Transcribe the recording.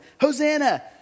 Hosanna